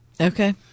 Okay